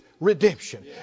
redemption